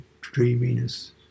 dreaminess